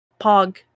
Pog